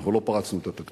אנחנו לא פרצנו את התקציב.